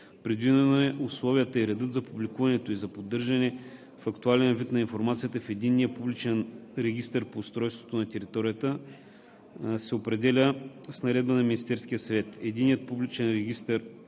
Предвидено е, че условията и редът за публикуване и за поддържане в актуален вид на информацията в Единния публичен регистър по устройство на територията